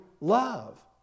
love